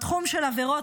בתחום של עבירות,